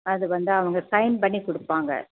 அது வந்து அவங்க சையின் பண்ணிக் கொடுப்பாங்க